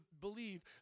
believe